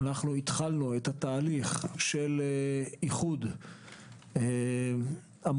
התחלנו את התהליך של איחוד המוסד